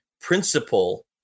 principle